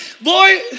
boy